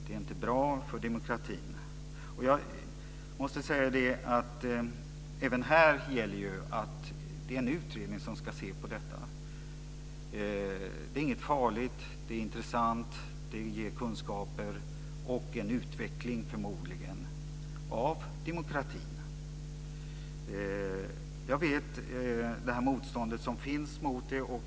Det är inte bra för demokratin. Även den frågan ska tas upp av en utredning. Det är inget farligt. Det är intressant. Det ger kunskaper och förmodligen en utveckling av demokratin. Jag känner till det motstånd som finns.